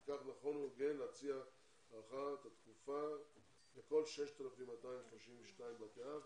אם כך נכון הוא כן להציע הארכת התקופה לכל 6,232 בתי אב,